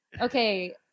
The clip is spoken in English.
okay